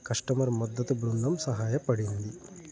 customer మద్దతు బృందం సహాయపడింది